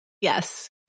Yes